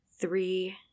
three